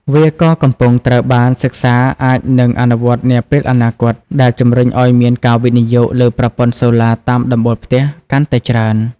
វាក៏កំពុងត្រូវបានសិក្សាអាចនឹងអនុវត្តនាពេលអនាគត ដែលជំរុញឱ្យមានការវិនិយោគលើប្រព័ន្ធសូឡាតាមដំបូលផ្ទះ កាន់តែច្រើន។